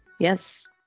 Yes